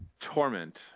torment